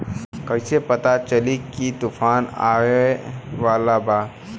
कइसे पता चली की तूफान आवा वाला बा?